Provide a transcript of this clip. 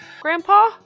Grandpa